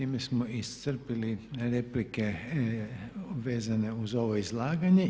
S time smo iscrpili replike vezane uz ovo izlaganje.